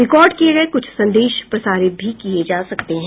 record किए गए कुछ संदेश प्रसारित भी किए जा सकते हैं